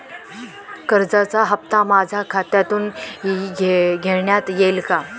कर्जाचा हप्ता माझ्या खात्यातून घेण्यात येईल का?